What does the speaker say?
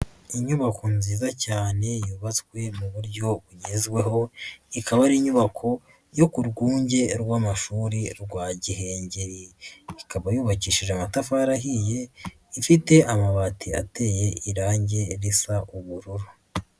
Inyubako nziza cyane yubatswe mu buryo bugezweho, ikaba ari inyubako yo ku rwunge rw'amashuri rwa Gihengeri. Ikaba yubakishije amatafari ahiye, ifite amabati ateye irangi risa ubururu.